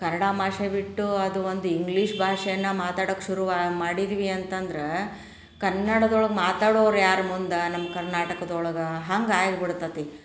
ಕನ್ನಡ ಭಾಷೆ ಬಿಟ್ಟು ಅದು ಒಂದು ಇಂಗ್ಲೀಷ್ ಭಾಷೆನ ಮಾತಾಡೋಕ್ಕೆ ಶುರು ಆ ಮಾಡಿದ್ವಿ ಅಂತಂದ್ರೆ ಕನ್ನಡದೊಳಗೆ ಮಾತಾಡೋರು ಯಾರು ಮುಂದೆ ನಮ್ಮ ಕರ್ನಾಟಕದೊಳಗೆ ಹಂಗೆ ಆಗ್ಬಿಡ್ತತಿ